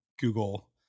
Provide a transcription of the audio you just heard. Google